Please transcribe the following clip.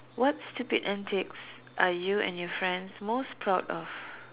what stupid antics are you and your friends most proud of